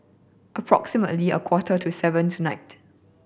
approximately a quarter to seven tonight